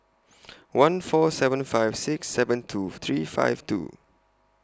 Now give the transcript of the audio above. one four seven five six seven two three five two